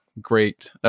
great